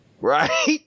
right